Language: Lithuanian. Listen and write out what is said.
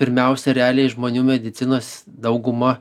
pirmiausia realiai žmonių medicinos dauguma